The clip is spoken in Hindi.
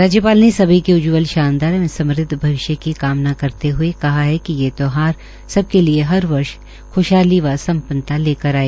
राज्यपाल ने सभी के उज्ज्वल शानदार एवं समुद्ध भविष्य की कामना करते हए कहा है कि ये त्यौहार सबके लिए हर वर्ष ख्शहाली व सम्पन्नता लेकर आए